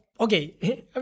Okay